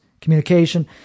communication